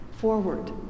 Forward